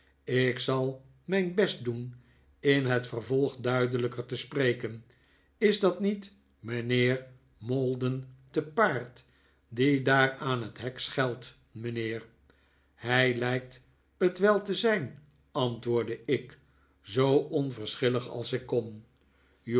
ik zal mijn best doen in het vervolg duidelijker te spreken is dat niet mijnheer maldon te paard die daar aan het hek schelt mijnheer hij lijkt het wel te zijn antwoordde ik zoo onverschillig als ik kon